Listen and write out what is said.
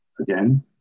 again